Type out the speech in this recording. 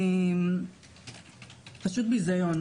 פשוט ביזיון.